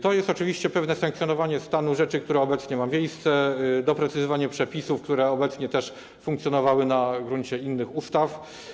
To jest oczywiście pewne sankcjonowanie stanu rzeczy, który obecnie ma miejsce, doprecyzowanie przepisów, które obecnie też funkcjonowały na gruncie innych ustaw.